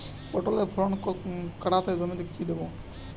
পটলের ফলন কাড়াতে জমিতে কি দেবো?